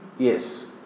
Yes